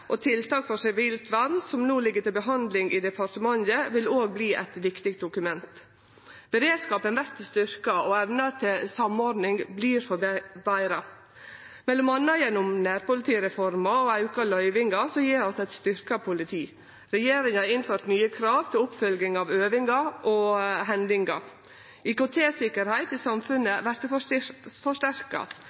og tiltak for sivilt vern, som no ligg til behandling i departementet, vil verta eit viktig dokument. Beredskapen vert styrkt, og evna til samordning vert betra, m.a. gjennom nærpolitireforma og auka løyvingar, som gjev oss eit styrkt politi. Regjeringa har innført nye krav til oppfølging av øvingar og hendingar. IKT-sikkerheit i samfunnet vert forsterka.